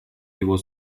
его